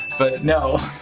but no.